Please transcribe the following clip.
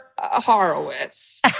Horowitz